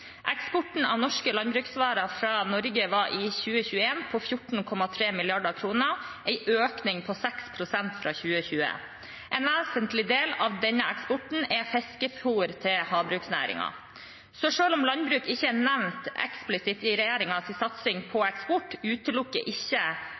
Eksporten av norske landbruksvarer fra Norge var i 2021 på 14,3 mrd. kr, en økning på 6 pst. fra 2020. En vesentlig del av denne eksporten er fiskefôr til havbruksnæringen. Selv om landbruk ikke er nevnt eksplisitt i regjeringens satsing på eksport, utelukker ikke dette en satsing på